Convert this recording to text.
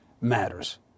matters